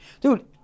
Dude